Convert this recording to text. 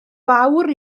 fawr